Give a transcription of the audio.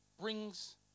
brings